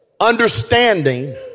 Understanding